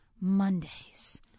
Mondays